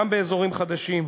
גם באזורים חדשים,